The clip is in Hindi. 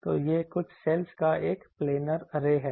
तो यह कुछ सेलज का एक प्लेनर ऐरे है